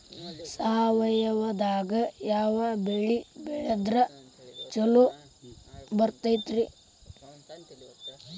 ಸಾವಯವದಾಗಾ ಯಾವ ಬೆಳಿ ಬೆಳದ್ರ ಛಲೋ ಬರ್ತೈತ್ರಿ?